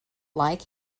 like